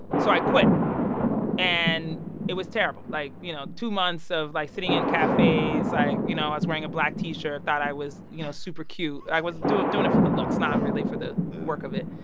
so i quit and it was terrible. like, you know, two months of, like, sitting in cafes. like, you know, i was wearing a black t-shirt, thought i was, you know, super cute. i was doing doing it for the looks, not really for the work of it.